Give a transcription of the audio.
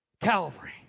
Calvary